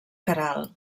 queralt